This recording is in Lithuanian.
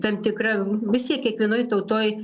tam tikra vis tiek kiekvienoj tautoj